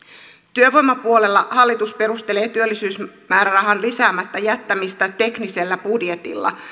työvoimapuolella hallitus perustelee työllisyysmäärärahan lisäämättä jättämistä teknisellä budjetilla